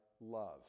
love